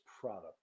product